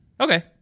okay